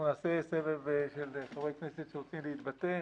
אנחנו נעשה סבב של חברי כנסת שרוצים להתבטא.